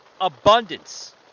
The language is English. abundance